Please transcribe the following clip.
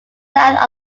south